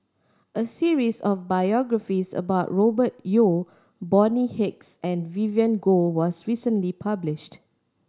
a series of biographies about Robert Yeo Bonny Hicks and Vivien Goh was recently published